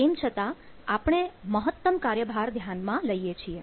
તેમ છતાં આપણે મહત્તમ કાર્યભાર ધ્યાનમાં લઈએ છીએ